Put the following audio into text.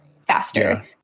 faster